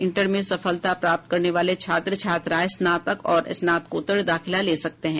inter में सफलता प्राप्त करने वाले छात्र छात्राएं स्नातक और स्नातकोत्तर दाखिला ले सकते हैं